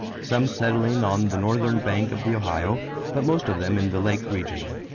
some settling on the northern bank of the ohio but most of them in the lake region.